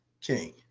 King